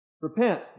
repent